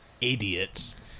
Idiots